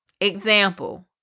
example